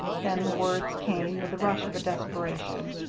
then the words came with the rush of desperation.